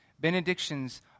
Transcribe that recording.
Benedictions